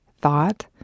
thought